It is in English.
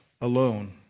alone